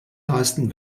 leisten